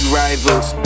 rivals